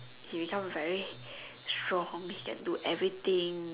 he became very strong he can do everything